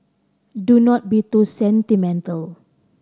do not be too sentimental